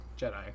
Jedi